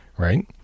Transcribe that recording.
Right